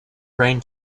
rain